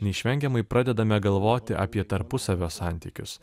neišvengiamai pradedame galvoti apie tarpusavio santykius